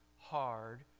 hard